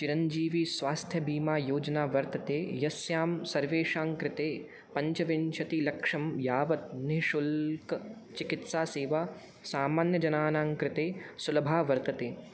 चिरञ्जीविस्वास्थ्यबीमा योजना वर्तते यस्यां सर्वेषाङ्कृते पञ्चविंशतिलक्षं यावत् निश्शुल्कचिकित्सासेवा सामान्यजनानाङ्कृते सुलभा वर्तते